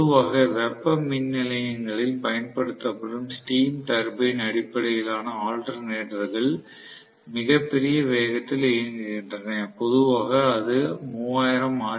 பொதுவாக வெப்ப மின் நிலையங்களில் பயன்படுத்தப்படும் ஸ்டீம் டர்பைன் அடிப்படையிலான ஆல்டர்நெட்டர்கள் மிகப் பெரிய வேகத்தில் இயங்குகின்றன பொதுவாக இது 3000 ஆர்